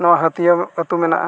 ᱱᱚᱣᱟ ᱦᱟᱹᱛᱤᱭᱟ ᱟᱛᱳ ᱢᱮᱱᱟᱜᱼᱟ